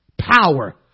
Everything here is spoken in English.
power